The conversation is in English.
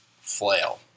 flail